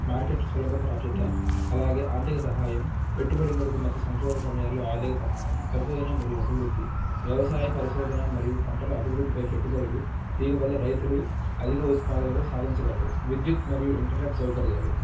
market సులభ ప్రాప్యత అలాగే ఆర్థిక సహాయం పెట్టుబడి కొరకు మంచి సంక్షోభ సమయాల్లో ఆర్థిక సహాయం పరిశోధన మరియు అభివృద్ధి వ్యవసాయ పరిశోధన మరియు పంటల అభివృద్ధిపై పెట్టుబడులు దీనివల్ల రైతులు అధిక ఉత్పాదనను సాధించగలరు విద్యుత్తు మరియు ఇంటర్నెట్ సౌకర్యాలు